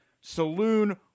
saloon